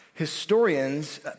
historians